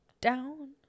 Down